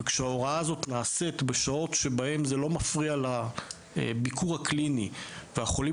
וכשההוראה הזאת נעשית בשעות שזה לא מפריע לביקור הקליני והחולים